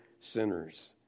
sinners